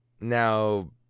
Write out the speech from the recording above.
now